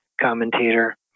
commentator